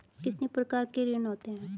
कितने प्रकार के ऋण होते हैं?